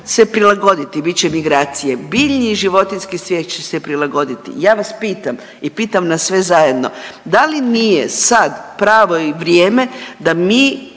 se prilagoditi, bit će migracije, biljni i životinjski svijet će se prilagoditi, ja vas pitam i pitam nas sve zajedno, da li nije sad pravo vrijeme da mi